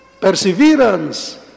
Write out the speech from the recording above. perseverance